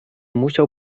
musiał